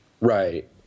Right